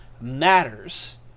matters